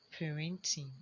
parenting